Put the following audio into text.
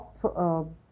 top